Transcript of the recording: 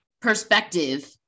perspective